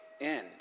end